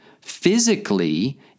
physically